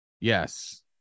Yes